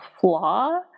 flaw